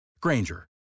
Granger